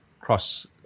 cross